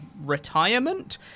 retirement